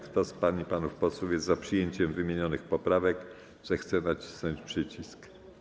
Kto z pań i panów posłów jest za przyjęciem wymienionych poprawek, zechce nacisnąć przycisk.